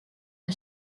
the